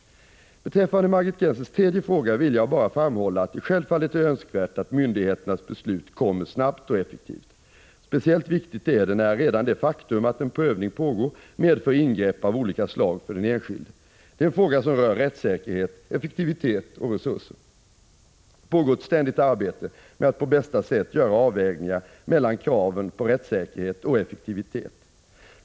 Beträffande Margit Gennsers tredje fråga vill jag bara framhålla att det självfallet är önskvärt att myndigheters beslut kommer snabbt och effektivt. Speciellt viktigt är det när redan det faktum att en prövning pågår medför ingrepp av olika slag för den enskilde. Det är en fråga som rör rättssäkerhet, effektivitet och resurser. Det pågår ett ständigt arbete med att på bästa sätt göra avvägningar mellan kraven på rättssäkerhet och effektivitet.